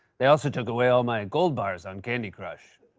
they also took away all my gold bars on candy crush.